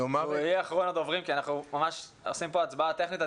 אחרון הדוברים כי אנחנו ממש עושים פה הצבעה טכנית,